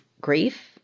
grief